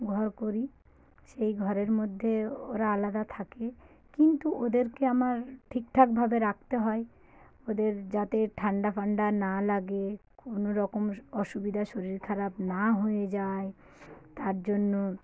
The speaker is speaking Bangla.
ঘর করি সেই ঘরের মধ্যে ওরা আলাদা থাকে কিন্তু ওদেরকে আমার ঠিকঠাকভাবে রাখতে হয় ওদের যাতে ঠান্ডা ফান্ডা না লাগে কোনোরকম অসুবিধা শরীর খারাপ না হয়ে যায় তার জন্য